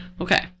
Okay